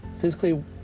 Physically